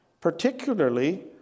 particularly